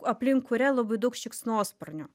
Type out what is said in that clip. aplink kurią labai daug šikšnosparnių